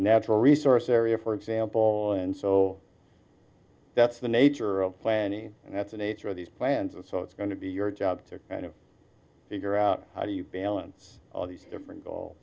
natural resource area for example and so that's the nature of planning and that's a nature of these plans and so it's going to be your job to figure out how do you balance all these different goal